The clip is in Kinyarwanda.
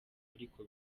ariko